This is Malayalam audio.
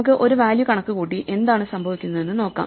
നമുക്ക് ഒരു വാല്യൂ കണക്കുകൂട്ടി എന്താണ് സംഭവിക്കുന്നതെന്ന് നോക്കാം